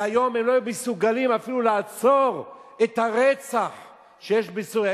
והיום הם לא מסוגלים אפילו לעצור את הרצח שיש בסוריה.